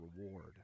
reward